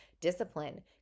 Discipline